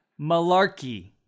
malarkey